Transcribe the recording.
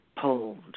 pulled